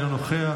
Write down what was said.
אינו נוכח,